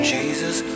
Jesus